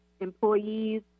employees